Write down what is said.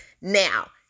now